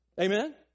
Amen